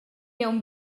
aunc